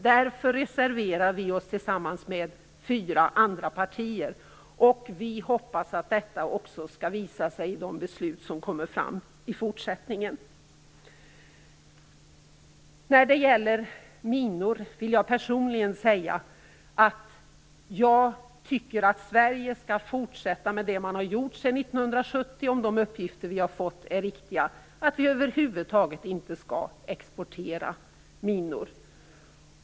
Därför reserverar vi oss tillsammans med fyra andra partier. Vi hoppas också att detta skall visa sig i de beslut som fattas i fortsättningen. När det gäller minor vill jag personligen säga att jag tycker att Sverige skall fortsätta med det som man har tillämpat sedan 1970 - om de uppgifter som vi har fått är riktiga - dvs. att man över huvud taget inte skall exportera minor.